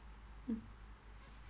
um